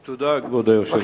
תודה, אדוני היושב-ראש.